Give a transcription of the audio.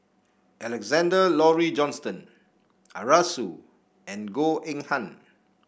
Alexander Laurie Johnston Arasu and Goh Eng Han